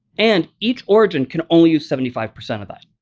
and each origin can only use seventy five percent of that.